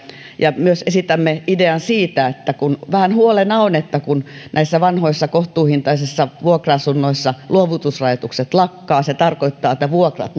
ja esitämme idean myös siitä kun vähän huolena on että kun vanhoissa kohtuuhintaisissa vuokra asunnoissa luovutusrajoitukset lakkaavat se tarkoittaa että vuokrat